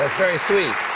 very sweet.